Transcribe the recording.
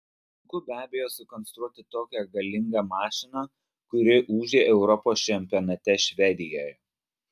sunku be abejo sukonstruoti tokią galingą mašiną kuri ūžė europos čempionate švedijoje